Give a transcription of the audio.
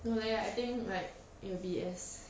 no leh I think like it'll be as